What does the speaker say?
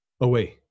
Away